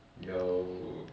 yo